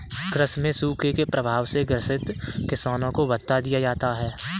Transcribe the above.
कृषि में सूखे के प्रभाव से ग्रसित किसानों को भत्ता दिया जाता है